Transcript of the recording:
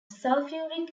sulfuric